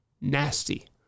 nasty